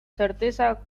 certeza